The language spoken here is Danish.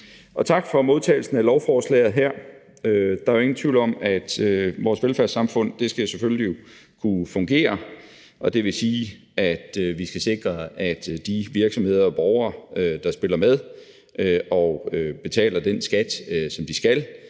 og tak for modtagelsen af lovforslaget her. Der er jo ingen tvivl om, at vores velfærdssamfund jo selvfølgelig skal kunne fungere, og det vil sige, at vi skal sikre, at de virksomheder og borgere, der spiller med og betaler den skat, som de skal,